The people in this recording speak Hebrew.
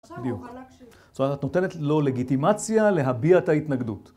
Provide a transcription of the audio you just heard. בדיוק, זאת אומרת, את נותנת לו לגיטימציה להביע את ההתנגדות.